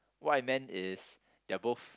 what I meant is they are both